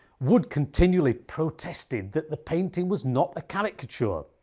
wood continually protested that the painting was not a caricature,